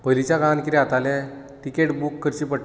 पयलीच्या काळांत कितें जातालें तिकेट बूक करची